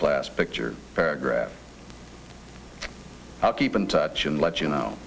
class picture paragraph i'll keep in touch and let you know